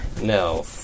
No